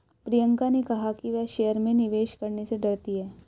प्रियंका ने कहा कि वह शेयर में निवेश करने से डरती है